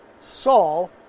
Saul